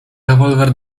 rewolwer